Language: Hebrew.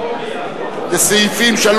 סעיפים 3,